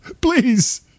please